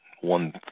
one